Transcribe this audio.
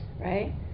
right